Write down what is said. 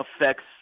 affects